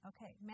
Okay